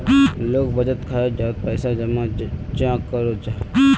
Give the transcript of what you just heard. लोग बचत खाता डात पैसा जमा चाँ करो जाहा?